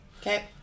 Okay